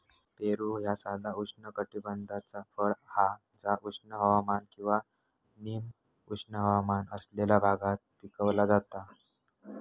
पेरू ह्या साधा उष्णकटिबद्धाचा फळ हा जा उष्ण हवामान किंवा निम उष्ण हवामान असलेल्या भागात पिकवला जाता